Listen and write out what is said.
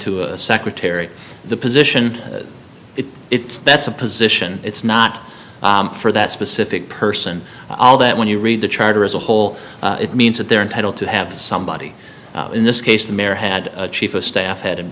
to a secretary the position if it's that's a position it's not for that specific person all that when you read the charter as a whole it means that they're entitled to have somebody in this case the mayor had a chief of staff had